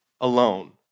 alone